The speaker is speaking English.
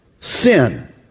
sin